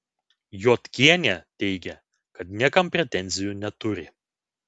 jodkienė teigė kad niekam pretenzijų neturi